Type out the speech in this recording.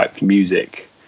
music